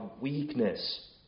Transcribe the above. weakness